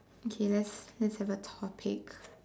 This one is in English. okay let's let's have a topic